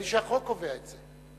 נדמה לי שהחוק קובע את זה.